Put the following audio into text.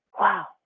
Wow